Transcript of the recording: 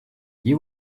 you